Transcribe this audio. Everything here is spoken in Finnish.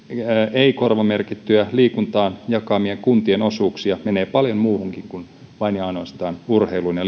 ei korvamerkittyjä liikuntaan jaettavia kuntien osuuksia menee paljon muuhunkin kuin vain ja ainoastaan urheiluun ja